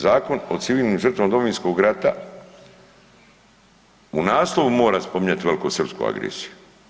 Zakon o civilnim žrtvama Domovinskog rata u naslovu mora spominjati velikosrpsku agresiju.